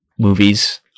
Movies